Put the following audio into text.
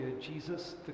Jesus